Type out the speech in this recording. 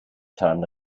time